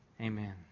Amen